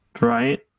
right